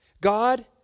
God